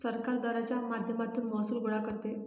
सरकार दराच्या माध्यमातून महसूल गोळा करते